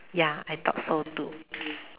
ya I thought so too